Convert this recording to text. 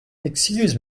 excuse